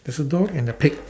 there's a dog and a pig